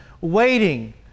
waiting